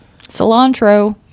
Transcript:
Cilantro